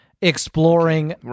exploring